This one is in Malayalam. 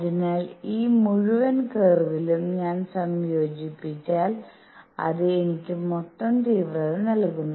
അതിനാൽ ഈ മുഴുവൻ കർവിലും ഞാൻ സംയോജിപ്പിച്ചാൽ അത് എനിക്ക് മൊത്തം തീവ്രത നൽകുന്നു